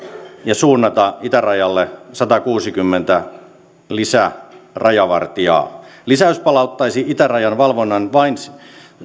ja suunnata itärajalle satakuusikymmentä lisärajavartijaa lisäys palauttaisi itärajan valvonnan